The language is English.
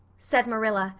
said marilla,